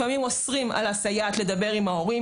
לפעמים אוסרים על הסייעת לדבר עם ההורים